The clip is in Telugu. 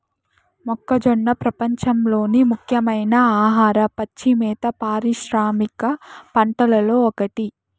మొక్కజొన్న ప్రపంచంలోని ముఖ్యమైన ఆహార, పచ్చి మేత పారిశ్రామిక పంటలలో ఒకటి